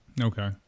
okay